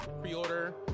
pre-order